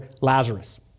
Lazarus